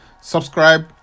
Subscribe